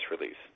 release